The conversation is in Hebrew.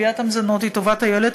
גביית המזונות היא טובת הילד,